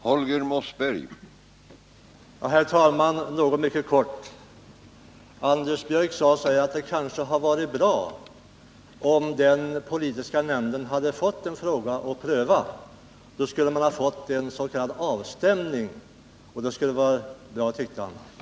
Herr talman! Mycket kort: Anders Björck sade att det kanske skulle ha varit bra om den politiska nämnden hade fått pröva en fråga. Då skulle vi ha fått en s.k. avstämning, och det tyckte Anders Björck skulle ha varit värdefullt.